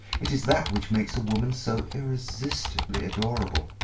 it is that which makes women so irresistibly adorable.